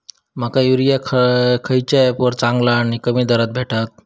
माका युरिया खयच्या ऍपवर चांगला आणि कमी दरात भेटात?